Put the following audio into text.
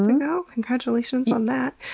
ago? congratulations on that!